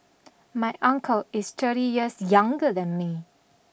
my uncle is thirty years younger than me